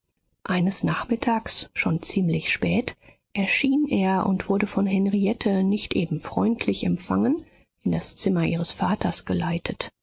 eines nachmittags schon ziemlich spät erschien er und wurde von henriette nicht eben freundlich empfangen in das zimmer ihres vaters geleitet